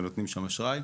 ונותנים שם אשראי,